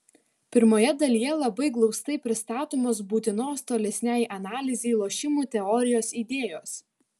pirmoje dalyje labai glaustai pristatomos būtinos tolesnei analizei lošimų teorijos idėjos